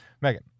Megan